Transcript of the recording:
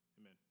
Amen